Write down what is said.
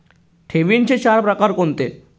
ठेवींचे चार प्रकार कोणते?